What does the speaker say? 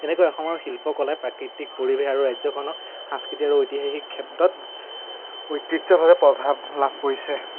এনেকৈ অসমৰ শিল্পকলাই প্ৰাকৃতিক পৰিৱেশ আৰু ৰাজ্যখনৰ সাংস্কৃতিক আৰু ঐতিহাসিক ক্ষেত্ৰত ঐতিহ্যভাৱে প্ৰভাৱ লাভ কৰিছে